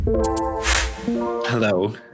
Hello